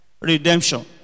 redemption